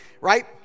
Right